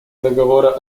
договора